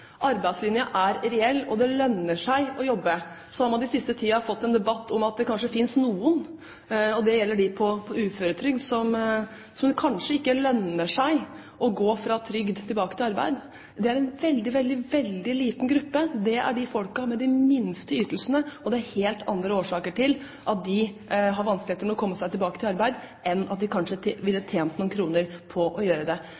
Arbeidslinja er reell, og det lønner seg å jobbe. Så har man den siste tiden fått en debatt om at det kanskje finnes noen – det gjelder dem på uføretrygd – som det kanskje ikke lønner seg for å gå fra trygd tilbake til arbeid. Det er en veldig liten gruppe, det er de med de minste ytelsene, og det er helt andre årsaker til at de har vanskeligheter med å komme seg tilbake i arbeid enn at de kanskje ville tjent noen kroner på å gjøre det.